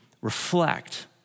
reflect